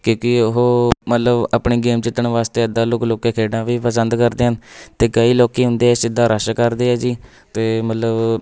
ਕਿਉਂਕਿ ਉਹ ਮਤਲਬ ਆਪਣੀ ਗੇਮ ਜਿੱਤਣ ਵਾਸਤੇ ਇੱਦਾਂ ਲੁੱਕ ਲੁੱਕ ਕੇ ਖੇਡਣਾ ਵੀ ਪਸੰਦ ਕਰਦੇ ਹਨ ਅਤੇ ਕਈ ਲੋਕ ਹੁੰਦੇ ਸਿੱਧਾ ਰਸ਼ ਕਰਦੇ ਆ ਜੀ ਅਤੇ ਮਤਲਬ